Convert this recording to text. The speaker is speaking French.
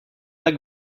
lac